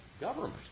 government